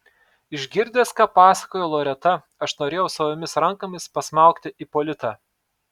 išgirdęs ką pasakojo loreta aš norėjau savomis rankomis pasmaugti ipolitą